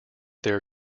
their